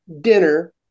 dinner